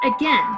again